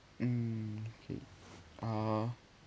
mm okey err